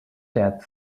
death